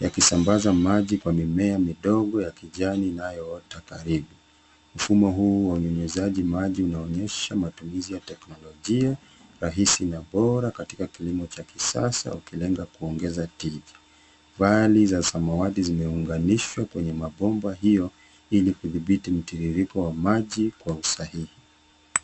yakisambaza maji kwa mimea midogo ya kijani inayoota karibu. Mfumo huu wa unyunyuzaji maji unaonyesha matumizi ya teknolojia, rahisi na bora katika kilimo cha kisasa ukilenga kuongeza tija. Vali za samawatii zimeunganishwa kwenye mabomba hiyo, ili kudhibiti mtiririko wa maji kwa usahihi.